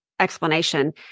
explanation